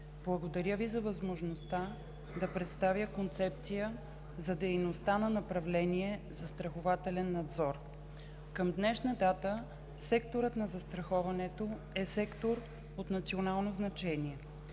Благодаря Ви за възможността да представя концепция за дейността на направление „Застрахователен надзор“. Към днешна дата секторът на застраховането е сектор от национално значение.